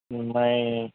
میں